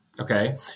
Okay